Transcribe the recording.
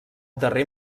darrer